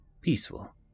Peaceful